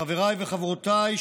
חבריי וחברותיי,